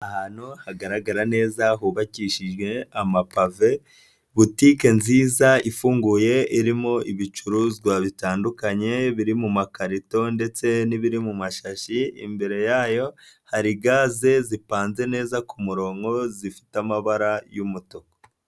Ahantu hagaragara neza hubakishijwe amapave, butike nziza ifunguye irimo ibicuruzwa bitandukanye biri mu makarito ndetse n'ibiri mu mashashi, imbere yayo hari gaze zipanze neza ku murongo zifite amabara y'umutuku.